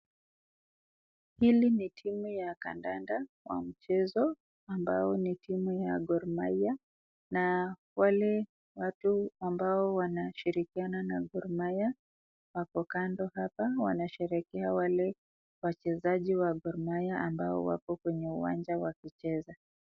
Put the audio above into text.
Hili ni timu ya kandanda wa mchezo ambao ni timu ya Gor Mahia, na wale watu ambao wanashirikiana na Gor Mahia wako kando hapa wanasherehekea wale wachezaji wa Gor Mahia ambao wako kwenye uwanja wa kucheza.